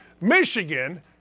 Michigan